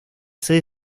sede